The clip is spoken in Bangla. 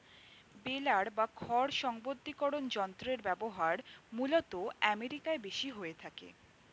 বেলার বা খড় সংঘবদ্ধীকরন যন্ত্রের ব্যবহার মূলতঃ আমেরিকায় বেশি হয়ে থাকে